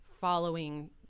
following